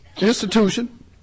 institution